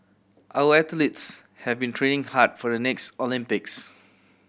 our athletes have been training hard for the next Olympics